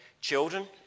children